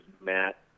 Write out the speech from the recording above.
Matt